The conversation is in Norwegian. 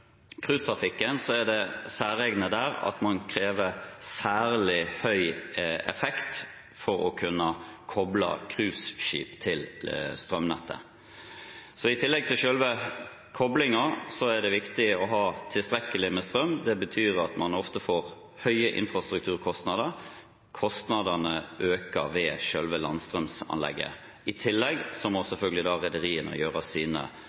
er det særegne der at man krever særlig høy effekt for å kunne koble cruiseskip til strømnettet, så i tillegg til selve koblingen er det viktig å ha tilstrekkelig med strøm. Det betyr at man ofte får høye infrastrukturkostnader. Kostnadene øker ved selve landstrømanlegget. I tillegg må selvfølgelig rederiene gjøre sine